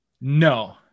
no